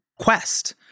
quest